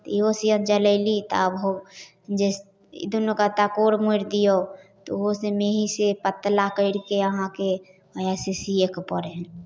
तऽ इहो सिलाइन चलैली तऽ आब हो जे दुनू कता कोर मोड़ि दिऔ तऽ ओहो से मेँही से पतला करिके अहाँके वएह से सिएके पड़ै हइ